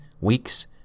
weeks